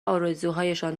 آرزوهایشان